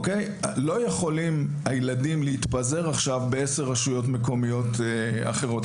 הילדים לא יכולים להתפזר עכשיו בעשר רשויות מקומיות אחרות.